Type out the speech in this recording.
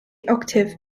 octave